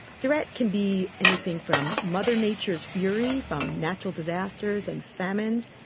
threat can be anything from mother nature's fury, from natural disasters and famines,